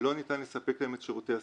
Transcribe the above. לא ניתן לספק היום את שירותי הסיעוד.